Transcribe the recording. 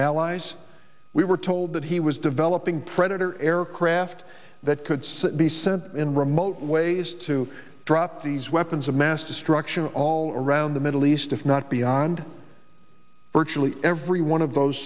allies we were told that he was developing predator aircraft that could soon be sent in remote ways to drop these weapons of mass destruction all around the middle east if not beyond virtually every one of those